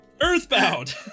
Earthbound